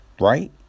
Right